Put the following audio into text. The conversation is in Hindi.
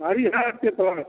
गाड़ी है ना आपके पास